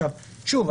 שוב,